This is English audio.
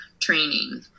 training